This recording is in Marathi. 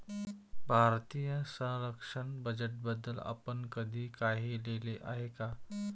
भारतीय संरक्षण बजेटबद्दल आपण कधी काही लिहिले आहे का?